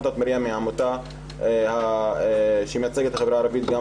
עמותת "מרים" היא העמותה שמייצגת את החברה הערבית גם